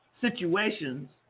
situations